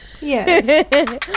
Yes